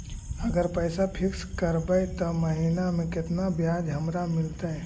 अगर पैसा फिक्स करबै त महिना मे केतना ब्याज हमरा मिलतै?